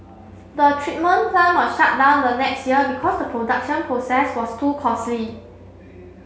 the treatment plant was shut down the next year because the production process was too costly